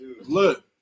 Look